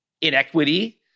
inequity